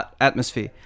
atmosphere